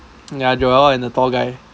ya joel and the tall guy